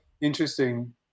interesting